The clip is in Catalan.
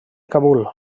kabul